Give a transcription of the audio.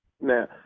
Now